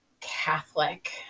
Catholic